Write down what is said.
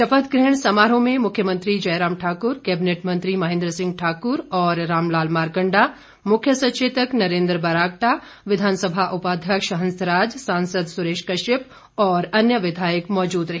शपथ ग्रहण समरोह में मुख्यमंत्री जयराम ठाकुर कैबिनेट मंत्री महेंद्र सिंह ठाकुर और रामलाल मारकंडा मुख्य सचेतक नरेंद्र बरागटा विधानसभा उपाध्यक्ष हंसराज सांसद सुरेश कश्यप और अन्य विधायक मौजूद रहे